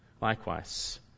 Likewise